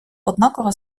однакова